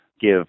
give